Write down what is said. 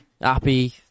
happy